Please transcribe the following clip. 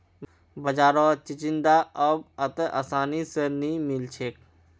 बाजारत चिचिण्डा अब अत्ते आसानी स नइ मिल छेक